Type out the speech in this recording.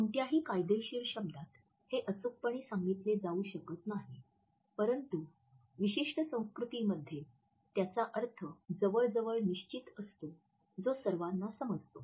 कोणत्याही कायदेशीर शब्दात हे अचूकपणे सांगितले जाऊ शकत नाही परंतु विशिष्ट संस्कृतींमध्ये त्याचा अर्थ जवळजवळ निश्चित असतो जो सर्वांना समजतो